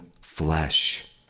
flesh